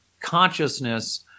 consciousness